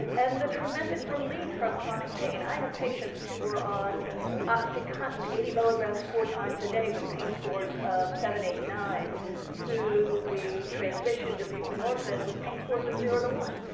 and the tremendous relief from chronic pain. i have patients who were on oxycontin, eighty milligrams, four times a day with pain scores of seven, eight, nine who we transitioned to buprenorphine with pain scores of zero to one.